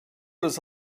was